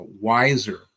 wiser